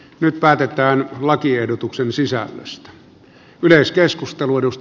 nyt päätetään lakiehdotuksen sisällöstä